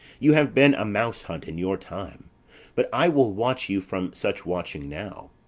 you have been a mouse-hunt in your time but i will watch you from such watching now.